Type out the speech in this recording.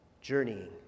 journeying